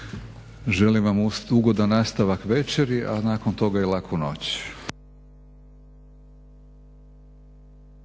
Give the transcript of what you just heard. Želim vam ugodan nastavak večeri a nakon toga i laku noć!